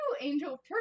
Angel